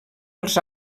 els